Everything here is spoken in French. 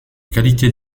qualités